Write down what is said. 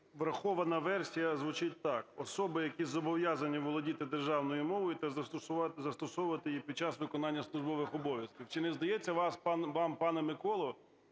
врахована версія звучить так: "особи, які зобов'язані володіти державною мовою та застосовувати її під час виконання службових обов'язків". Чи не здається вам, пане Миколо,